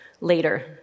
later